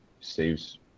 saves